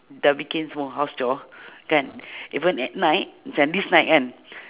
dah bikin semua house chore kan even at night macam this night kan